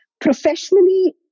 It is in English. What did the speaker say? Professionally